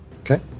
okay